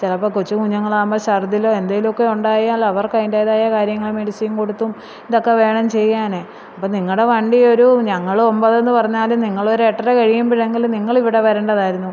ചിലപ്പം കൊച്ച് കുഞ്ഞുങ്ങളാവുമ്പം ശര്ദ്ദിലോ എന്തെങ്കിലും ഒക്കെ ഉണ്ടായാൽ അവർക്ക് അതിൻറ്റേതായ കാര്യങ്ങള് മെഡിസിന് കൊടുത്തും ഇതൊക്കെ വേണം ചെയ്യാൻ അപ്പം നിങ്ങളുടെ വണ്ടിയൊരു ഞങ്ങൾ ഒമ്പത് എന്ന് പറഞ്ഞാലും നിങ്ങൾ ഒരു എട്ടര കഴിയുമ്പോഴെങ്കിലും നിങ്ങൾ ഇവിടെ വരേണ്ടതായിരുന്നു